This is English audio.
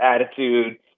attitude